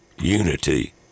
Unity